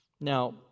Now